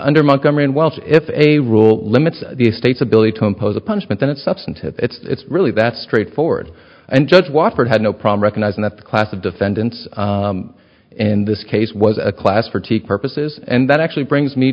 nder montgomery and whilst if a rule limits the state's ability to impose a punishment then it substantive it's really that straightforward and judge wapner had no problem recognizing that the class of defendants in this case was a class for teeth purposes and that actually brings me